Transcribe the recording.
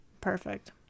perfect